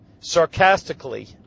sarcastically